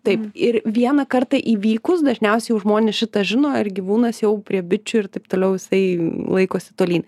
taip ir vieną kartą įvykus dažniausiai jau žmonės šitą žino ir gyvūnas jau prie bičių taip toliau jisai laikosi tolyn